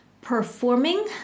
performing